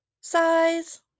size